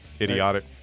idiotic